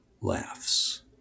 laughs